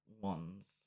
ones